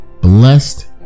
blessed